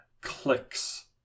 clicks